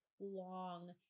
long